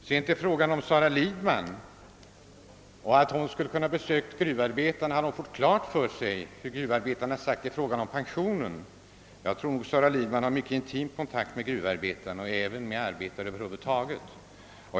När det sedan gäller Sara Lidman och påståendet att hon, om hon hade besökt gruvarbetarna, hade fått klart för sig deras inställning i pensionsfrågan skulle jag vilja säga: Jag tror att Sara Lidman har en mycket intim kontakt med gruvarbetarna liksom med arbetare över hu vud taget.